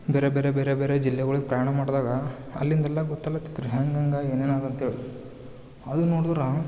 ಬೇರೆ ಬೇರೆ ಬೇರೆ ಬೇರೆ ಜಿಲ್ಲೆಗಳಿಗ್ ಪ್ರಯಾಣ ಮಾಡಿದಾಗ ಅಲ್ಲಿಂದೆಲ್ಲಾ ಗೊತ್ತಾಲತ್ತೆತ್ರಿ ಹೆಂಗ್ಹೆಂಗ ಏನೆಲ್ಲಾ ಅಗತ್ಹೇಳಿ ಅಲ್ಲಿ ನೋಡುದ್ರಾ